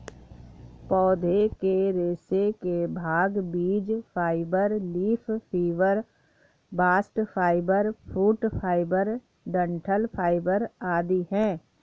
पौधे के रेशे के भाग बीज fibre, leaf fibre, bast fibre, fruit fibre, डंठल फाइबर आदि है